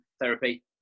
therapy